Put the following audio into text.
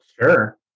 Sure